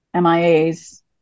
MIAs